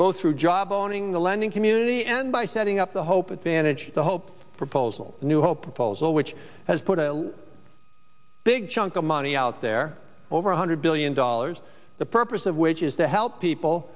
both through job owning the lending community and by setting up the hope advantages the hope proposal new hope falls well which has put a big chunk of money out there over one hundred billion dollars the purpose of which is to help people